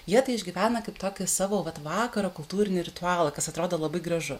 jie tai išgyvena kaip tokį savo vat vakaro kultūrinį ritualą kas atrodo labai gražu